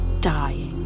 dying